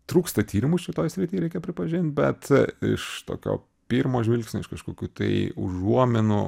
trūksta tyrimų šitoj srity reikia pripažint bet iš tokio pirmo žvilgsnio iš kažkokių tai užuominų